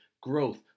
growth